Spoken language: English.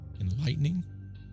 enlightening